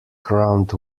crowned